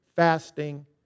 fasting